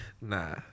nah